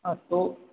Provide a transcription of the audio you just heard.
हाँ तो